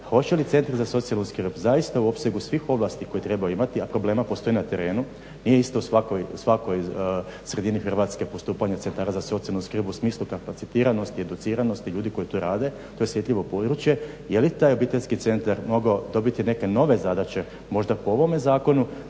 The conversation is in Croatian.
hoće li centri za socijalnu skrb zaista u opsegu svih ovlasti koje trebaju imati, a problemi postoje na terenu nije isto u svakoj sredini Hrvatske postupanje centara za socijalnu skrb u smislu kapacitiranosti, educiranosti ljudi koji to rade, to je osjetljivo područje, jeli taj obiteljski centar mogao dobiti neke nove zadaće možda po ovome zakonu